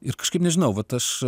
ir kažkaip nežinau vat aš